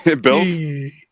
Bills